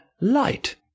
Light